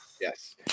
Yes